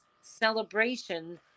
celebration